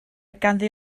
ganddi